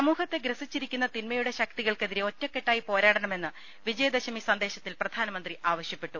സമൂഹത്തെ ഗ്രസിച്ചിരിക്കുന്ന തിന്മയുടെ ശക്തികൾക്കെതിരെ ഒറ്റക്കെട്ടായി പോരാടണമെന്ന് വിജയദശമി സന്ദേശത്തിൽ പ്രധാനമന്ത്രി ആവശൃപ്പെട്ടു